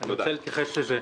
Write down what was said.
אני רוצה להתייחס לזה.